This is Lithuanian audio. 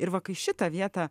ir va kai šitą vietą